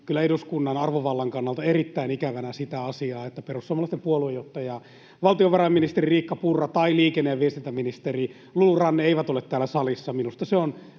eduskunnan arvovallan kannalta erittäin ikävänä sitä asiaa, että perussuomalaisten puoluejohtaja, valtiovarainministeri Riikka Purra tai liikenne- ja viestintäministeri Lulu Ranne ei ole täällä salissa. Minusta se on